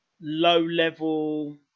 low-level